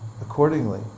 accordingly